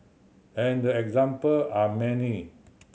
and the example are many